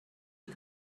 ate